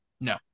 No